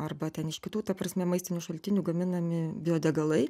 arba ten iš kitų ta prasme maistinių šaltinių gaminami biodegalai